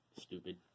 Stupid